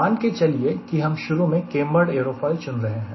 मान के चलिए फिर हम शुरू में कैंबर्ड एयरोफॉयल चुन रहे हैं